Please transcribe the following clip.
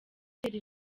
itera